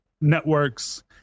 networks